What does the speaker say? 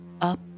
up